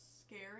scary